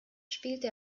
spielte